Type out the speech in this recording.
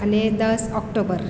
અને દસ ઓકટોબર